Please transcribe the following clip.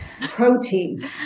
protein